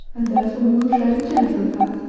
and therefore we will tread a gentler path.